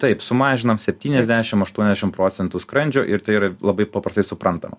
taip sumažinam septyniasdešim aštuoniasdešim procentų skrandžio ir tai yra labai paprastai suprantama